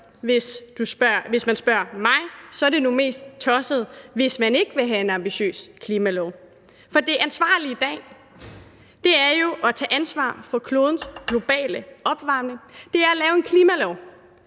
Hvis man spørger mig, er det nu mest tosset, hvis man ikke vil have en ambitiøs klimalov, for det ansvarlige i dag er jo at tage ansvar for klodens globale opvarmning. Det er at lave en klimalov,